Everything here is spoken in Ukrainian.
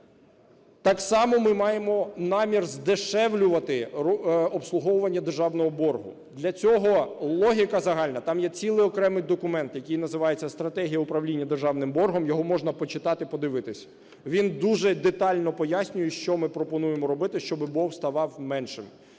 Так само ми маємо намір здешевлювати обслуговування державного боргу. Для цього логіка загальна, там є цілий окремий документ, який називається "Стратегія управління державним боргом", його можна почитати, подивитись. Він дуже детально пояснює, що ми пропонуємо робити, щоби борг ставав меншим.